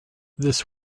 this